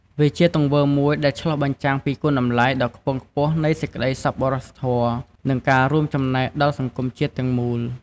វាជាទង្វើមួយដែលឆ្លុះបញ្ចាំងពីគុណតម្លៃដ៏ខ្ពង់ខ្ពស់នៃសេចក្តីសប្បុរសធម៌ និងការរួមចំណែកដល់សង្គមជាតិទាំងមូល។